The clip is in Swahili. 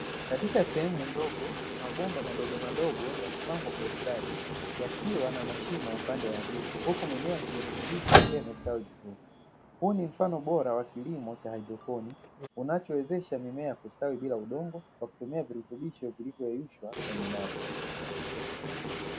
Katika sehemu ndogo, mabomba madogomadogo yamepangwa kwa ustadi, yakiwa na mashimo upande wa juu, huku mimea ya kijani kibichi ikiwa imestawi vizuri. Huu ni mfano bora wa kilimo cha haidroponi, unachowezesha mimea kustawi bila kutumia udongo kwa kutumia virutubbisho vilivyoyeyushwa kwenye maji.